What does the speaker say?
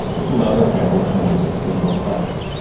it's allowed her family to move into the middle class.